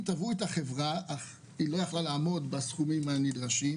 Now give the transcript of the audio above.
תבעו את החברה אך היא לא יכלה לעמוד בסכומים הנדרשים.